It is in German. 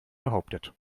behauptet